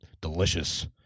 delicious